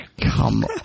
Come